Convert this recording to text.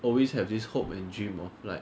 always have this hope and dream of like